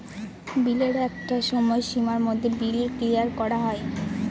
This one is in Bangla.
বিলের একটা সময় সীমার মধ্যে বিল ক্লিয়ার করা হয়